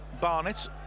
Barnett